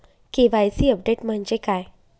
KYC update म्हणजे काय?